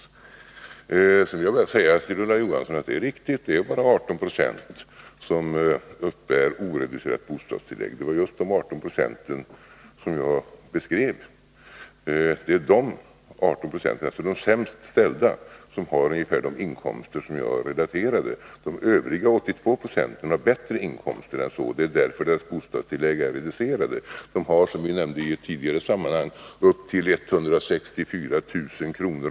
Sedan vill jag också säga till Ulla Johansson att det är riktigt att det bara är 18 20 som uppbär oreducerat bostadstillägg. Det var just de 18 procenten jag beskrev. Det är dessa, alltså de sämst ställda, som har ungefär de inkomster jagrelaterade. De övriga 82 procenten har högre inkomster än så, och det är därför deras bostadstillägg är reducerade. De har, som vi nämnde i ett tidigare sammanhang, upp till 164 000 kr.